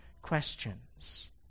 questions